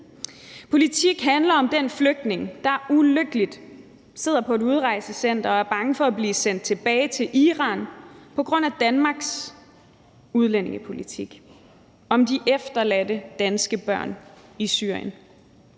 Politik handler om den flygtning, der sidder ulykkelig på et udrejsecenter og er bange for at blive sendt tilbage til Iran på grund af Danmarks udlændingepolitik; politik handler om de efterladte danske børn i Syrien;